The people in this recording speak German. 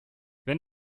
wenn